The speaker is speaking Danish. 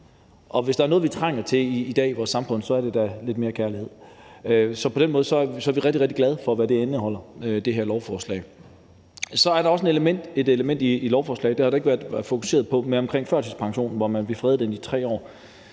Og hvis der er noget, vi trænger til i dag i vores samfund, så er det da lidt mere kærlighed. Så på den måde er vi rigtig, rigtig glade for, hvad det her lovforslag indeholder. Så er der også et element i lovforslaget – det har der ikke været fokuseret på – omkring førtidspensionen, hvor man vil frede den i 3 år.